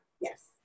Yes